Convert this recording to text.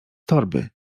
torby